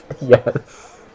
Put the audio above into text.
Yes